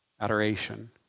Adoration